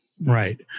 Right